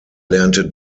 lernte